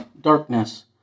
darkness